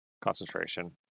concentration